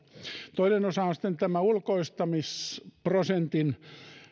toinen osa on sitten ulkoistamisprosentin